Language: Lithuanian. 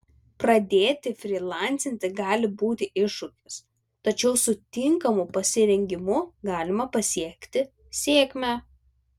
pradėti frylancinti gali būti iššūkis tačiau su tinkamu pasirengimu galima pasiekti sėkmę